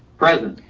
present.